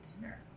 dinner